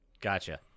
Gotcha